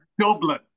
Dublin